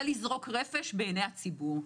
זה לזרוק רפש בעיני הציבור.